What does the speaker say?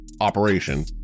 operation